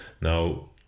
now